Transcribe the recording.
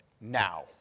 now